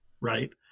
Right